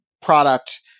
Product